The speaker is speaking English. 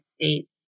States